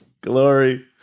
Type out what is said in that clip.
glory